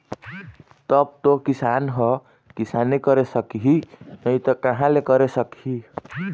तब तो किसान ह किसानी करे सकही नइ त कहाँ ले करे सकही